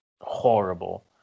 horrible